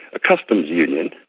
a customs union,